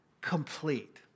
complete